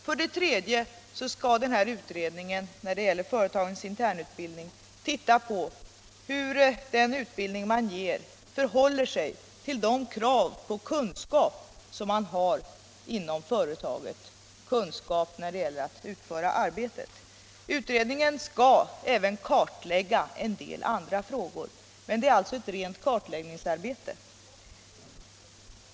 För det tredje skall utredningen titta på hur den utbildning man ger förhåller sig till de krav på kunskap som man har inom företagen — kunskap när det gäller att utföra arbetet. Utredningen skall även kartlägga en del andra frågor, men det är alltså ett rent kartläggningsarbete.